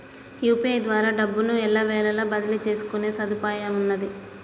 UPI ద్వారా డబ్బును ఎల్లవేళలా బదిలీ చేసుకునే సదుపాయమున్నాది